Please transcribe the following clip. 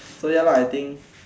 so ya lah I think